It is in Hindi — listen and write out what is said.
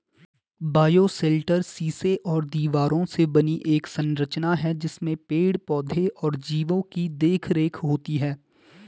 बायोशेल्टर शीशे और दीवारों से बनी एक संरचना है जिसमें पेड़ पौधे और जीवो की देखरेख होती है